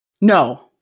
No